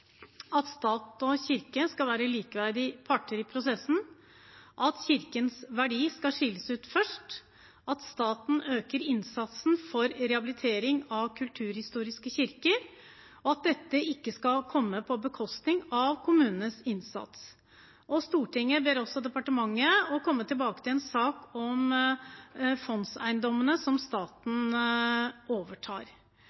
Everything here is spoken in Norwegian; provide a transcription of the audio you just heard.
at stat og kirke skal være likeverdige parter i prosessen at kirkens verdier skilles ut først at staten øker innsatsen for rehabilitering av kulturhistoriske kirker at dette skal ikke gå på bekostning av kommunenes innsats Stortinget ber også departementet om å komme tilbake til en sak om fondseiendommene som